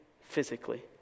physically